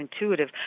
intuitive